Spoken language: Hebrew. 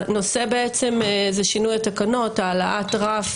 הנושא בעצם הוא שינוי התקנות, העלאת רף